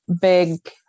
big